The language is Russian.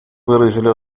выразили